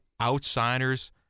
outsiders